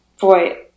boy